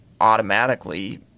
automatically